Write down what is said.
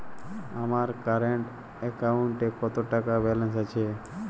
আমার কারেন্ট অ্যাকাউন্টে কত টাকা ব্যালেন্স আছে?